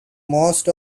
most